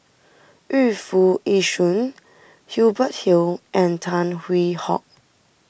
Yu Foo Yee Shoon Hubert Hill and Tan Hwee Hock